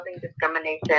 discrimination